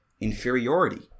inferiority